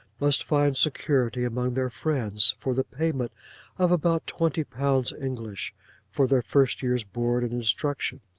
must find security among their friends, for the payment of about twenty pounds english for their first year's board and instruction,